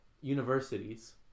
universities